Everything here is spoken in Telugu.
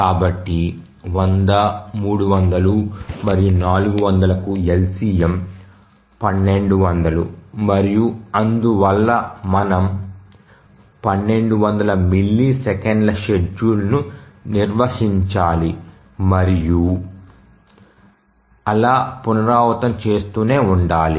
కాబట్టి 100 300 మరియు 400కు LCM 1200 మరియు అందువల్ల మనము 1200 మిల్లీసెకన్ల షెడ్యూల్ ను నిర్వహించాలి మరియు అలా పునరావృతం చేస్తూనే ఉండాలి